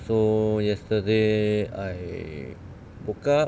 so yesterday I woke up